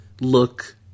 look